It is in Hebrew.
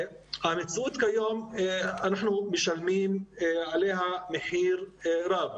אנחנו משלמים על המציאות כיום מחיר רב.